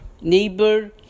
neighbor